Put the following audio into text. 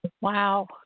Wow